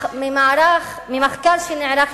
את לא יכולה לוותר על זה פעם?